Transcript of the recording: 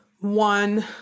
one